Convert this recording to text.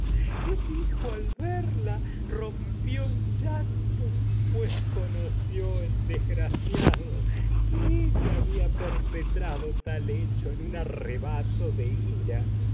el hijo al verla rompió llanto pues conoció el desgraciado las traquinias que ella había perpetrado tal pues de hecho en un arrebato de por ira